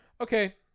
Okay